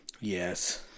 Yes